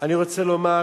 אני רוצה לומר